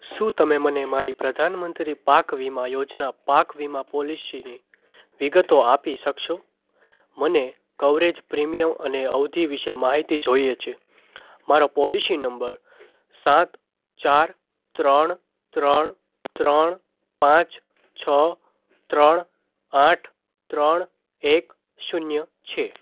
શું તમે મને મારી પ્રધાનમંત્રી પાક વીમા યોજના પાક વીમા પોલિસીની વિગતો આપી શકસો મને કવરેજ પ્રીમિયમ અને અવધિ વિષે માહિતી જોઈએ છે મારો પોલિશી નંબર સાત ચાર ત્રણ ત્રણ ત્રણ પાંચ છ ત્રણ આઠ ત્રણ એક શૂન્ય છે